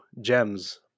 gems